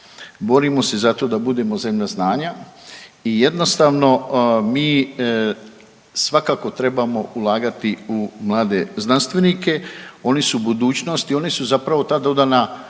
borimo se za to da budemo zemlja znanja i jednostavno mi svakako trebamo ulagati u mlade znanstvenike. Oni su budućnost i oni su zapravo ta dodana